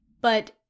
But-